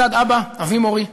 מצד אבא, אבי מורי,